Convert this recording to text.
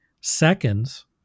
seconds